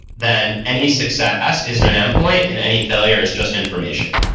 then any success isn't an endpoint and any failure is just information.